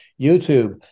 YouTube